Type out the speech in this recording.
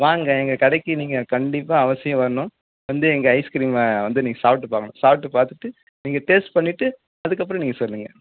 வாங்க எங்கள் கடைக்கு நீங்கள் கண்டிப்பாக அவசியம் வரணும் வந்து எங்கள் ஐஸ்கிரீமை வந்து நீங்கள் சாப்பிட்டு பார்க்கணும் சாப்பிட்டு பார்த்துட்டு நீங்கள் டேஸ்ட் பண்ணிட்டு அதுக்கப்புறம் நீங்கள் சொல்லுங்கள்